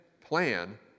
plan